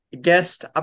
Guest